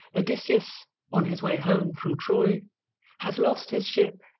odysseus on his way home from troy has lost his ship,